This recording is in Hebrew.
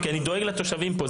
כי אני דואג לתושבים פה,